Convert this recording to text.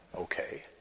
Okay